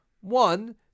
One